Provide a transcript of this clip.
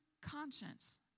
conscience